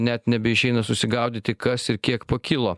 net nebeišeina susigaudyti kas ir kiek pakilo